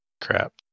Crap